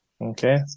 okay